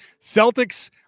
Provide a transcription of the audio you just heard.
Celtics